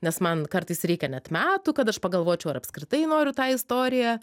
nes man kartais reikia net metų kad aš pagalvočiau ar apskritai noriu tą istoriją